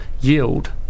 yield